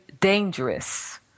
dangerous